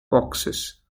boxes